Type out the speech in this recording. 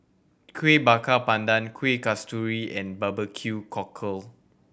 Kueh Bakar Pandan Kueh Kasturi and barbecue cockle